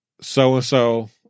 so-and-so